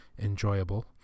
enjoyable